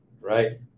right